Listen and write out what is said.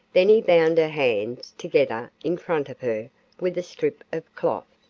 then he bound her hands together in front of her with a strip of cloth.